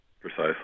Precisely